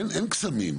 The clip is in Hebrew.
אין קסמים.